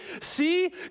see